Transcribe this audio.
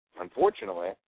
unfortunately